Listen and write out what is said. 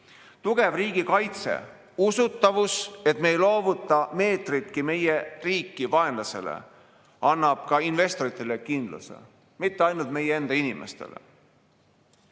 tugev riigikaitse, usutavus, et meie loovuta meetritki meie riiki vaenlasele, annab ka investoritele kindluse, mitte ainult meie enda inimestele.